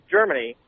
Germany